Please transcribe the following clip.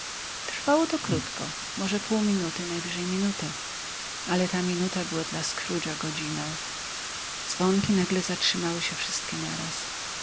trwało to krótko może pół minuty najwyżej minutę ale ta minuta była dla scroogea godziną dzwonki nagle zatrzymały się wszystkie naraz